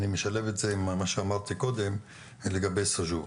אני משלב את זה עם מה שאמרתי קודם לגבי סאג'ור.